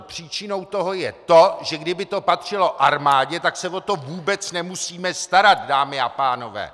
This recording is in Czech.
Příčinou toho je to, že kdyby to patřilo armádě, tak se o to vůbec nemusíme starat, dámy a pánové!